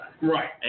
Right